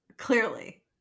Clearly